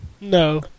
No